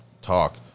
talk